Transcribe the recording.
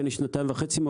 כי אני שנתיים וחצי,